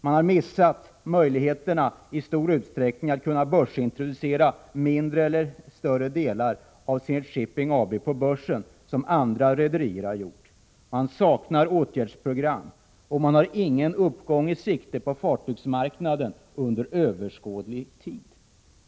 Man har missat möjligheterna att på det sätt som andra rederier har gjort introducera mindre eller större delar av Zenit Shipping AB på börsen. Man saknar åtgärdsprogram, och det finns ingen uppgång i sikte på fartygsmarknaden under överskådlig tid.